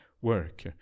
work